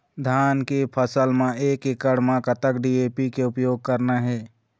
धान के फसल म एक एकड़ म कतक डी.ए.पी के उपयोग करना हे?